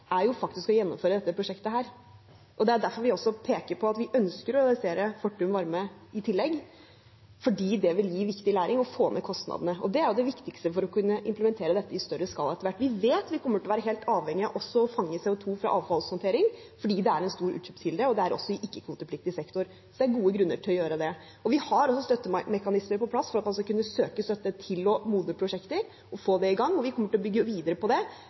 faktisk er å gjennomføre dette prosjektet. Det er derfor vi også peker på at vi ønsker å realisere Fortum Varme i tillegg, fordi det vil gi viktig læring og få ned kostnadene. Det er det viktigste for å kunne implementere dette i større skala etter hvert. Vi vet vi kommer til å være helt avhengige av også å fange CO 2 fra avfallshåndtering, fordi det er en stor utslippskilde, og det er også i ikke-kvotepliktig sektor. Så det er gode grunner til å gjøre det. Vi har også støttemekanismer på plass for at man skal kunne søke støtte til å modne prosjekter og få dem i gang, og vi kommer til å bygge videre på det.